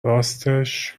راستش